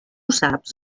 saps